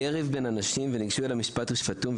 יהיה ריב בין אנשים וניגשו אל המשפט ושפטום,